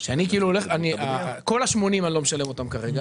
שאת כל ה-80% אני לא משלם אותם כרגע